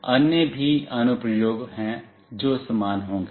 अन्य भी अनुप्रयोग हैं जो समान होंगे